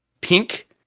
pink